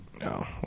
No